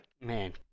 Man